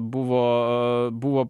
buvo buvo